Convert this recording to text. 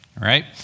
right